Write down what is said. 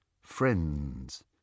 friends